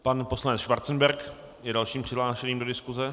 Pan poslanec Schwarzenberg je dalším přihlášeným do diskuse.